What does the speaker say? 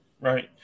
Right